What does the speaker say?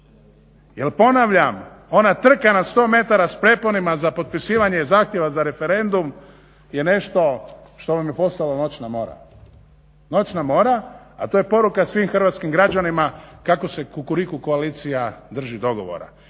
Jer ponavljam, ona trka na sto metara sa preponama za potpisivanje zahtjeva za referendum je nešto što nam je postalo noćna mora, noćna mora a to je poruka svim hrvatskim građanima kako se Kukuriku koalicija drži dogovora.